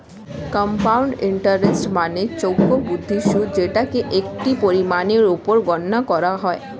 compound interest মানে চক্রবৃদ্ধি সুদ যেটাকে একটি পরিমাণের উপর গণনা করা হয়